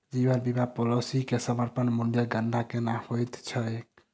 जीवन बीमा पॉलिसी मे समर्पण मूल्यक गणना केना होइत छैक?